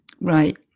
Right